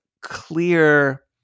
clear